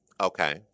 okay